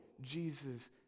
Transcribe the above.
jesus